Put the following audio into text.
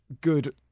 good